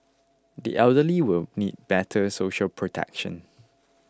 the elderly will need better social protection